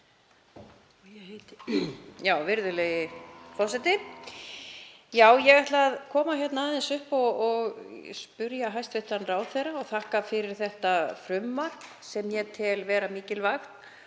Virðulegi forseti. Ég ætla að koma hér aðeins upp og spyrja hæstv. ráðherra og þakka fyrir þetta frumvarp sem ég tel vera mikilvægt.